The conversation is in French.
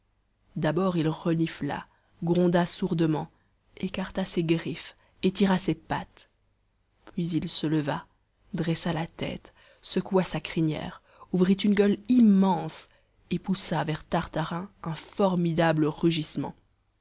d'abord il renifla gronda sourdement écarta ses griffes étira ses pattes puis il se leva dressa la tête secoua sa crinière ouvrit une gueule immense et poussa vers tartarin un formidable rugissement